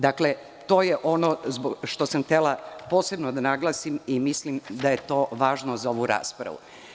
Dakle, to je ono što sam htela posebno da naglasim i mislim da je to važno za ovu raspravu.